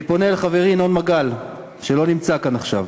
אני פונה אל חברי ינון מגל, שלא נמצא כאן עכשיו.